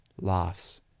laughs